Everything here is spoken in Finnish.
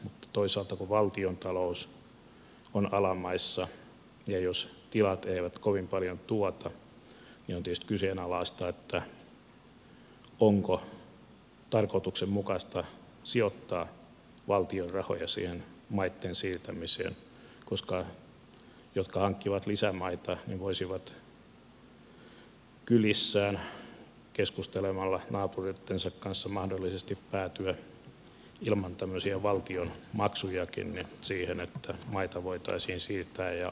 toisaalta kun valtiontalous on alamaissa ja jos tilat eivät kovin paljon tuota on tietysti kyseenalaista se onko tarkoituksenmukaista sijoittaa valtion rahoja siihen maitten siirtämiseen koska ne jotka hankkivat lisämaita voisivat kylissään keskustelemalla naapureittensa kanssa mahdollisesti päätyä ilman tämmöisiä valtion maksujakin siihen että maita voitaisiin siirtää ja vaihtaa